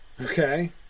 Okay